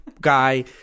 guy